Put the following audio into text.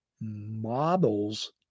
models